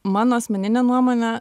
mano asmenine nuomone